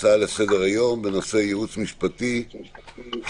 הצעה לסדר היום בנושא ייעוץ משפטי המסכן